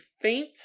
faint